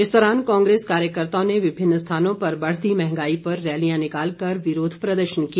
इस दौरान कांगेस कार्यकर्त्ताओं ने विभिन्न स्थानों पर बढ़ती महंगाई पर रैलियां निकाल कर विरोध प्रदर्शन किया